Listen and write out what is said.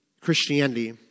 Christianity